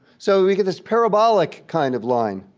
so we get this parabolic kind of line.